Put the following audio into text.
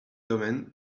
domain